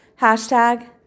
Hashtag